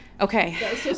Okay